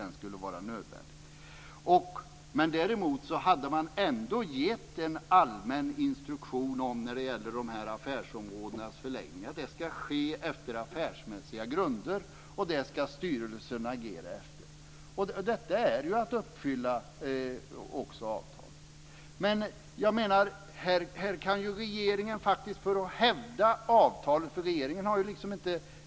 Det har ju också Däremot hade man ändå gett en allmän instruktion när det gäller affärsområdenas förlängning, nämligen att det skulle ske på affärsmässiga grunder. Detta skulle styrelsen agera efter. Det är ju också att uppfylla avtalet.